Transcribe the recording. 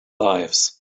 lives